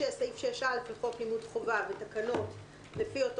סעיף 6(א) לחוק לימוד חובה ותקנות לפי אותו